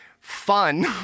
fun